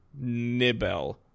Nibel